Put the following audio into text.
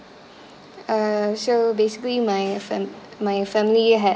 uh so basically my fam~ my family had